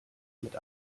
mit